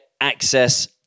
access